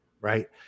Right